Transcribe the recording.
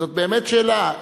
זאת באמת שאלה,